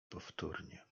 powtórnie